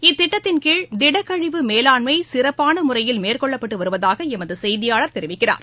இத்திட்டத்தின் கீழ் திடக்கழிவு மேலாண்மைசிறப்பானழறையில் மேற்கொள்ளப்பட்டுவருவதாகஎமதுசெய்தியாளர் தெரிவிக்கிறார்